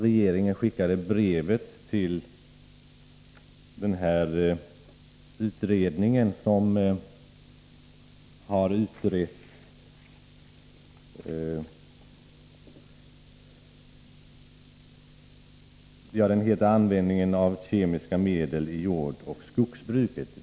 Regeringen har skickat detta brev till den utredning som har studerat användningen av kemiska medel i jordoch skogsbruket.